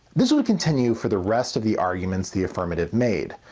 this would continue for the rest of the arguments the affirmative made.